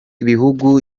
ibihugu